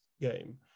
game